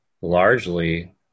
largely